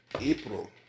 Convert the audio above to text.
April